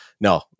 no